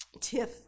tiff